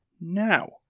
Now